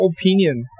opinion